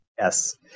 Yes